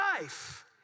life